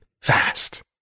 fast